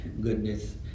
goodness